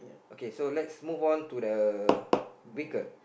okay so let's move on to the vehicle